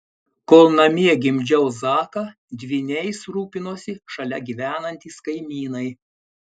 kol namie gimdžiau zaką dvyniais rūpinosi šalia gyvenantys kaimynai